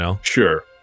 Sure